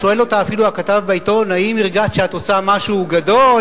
שואל אותה אפילו הכתב בעיתון: האם הרגשת שאת עושה משהו גדול?